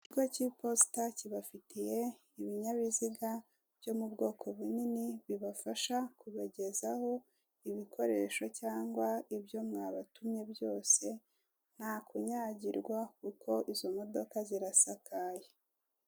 Ikigo cy'iposita kibafitiye ibinyabiziga byo mu bwoko bunini bibafasha kubagezaho ibikoresho cyangwa ibyo mwabatumwe byose nta kunyagirwa kuko izo modoka zirasakaye.